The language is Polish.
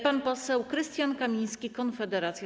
Pan poseł Krystian Kamiński, Konfederacja.